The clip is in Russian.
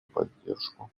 поддержку